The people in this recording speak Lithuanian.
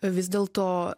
vis dėl to